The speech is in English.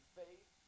faith